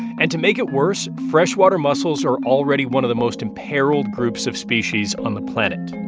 and to make it worse, freshwater mussels are already one of the most imperiled groups of species on the planet,